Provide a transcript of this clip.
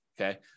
okay